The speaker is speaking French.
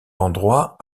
endroit